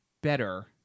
better